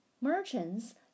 Merchants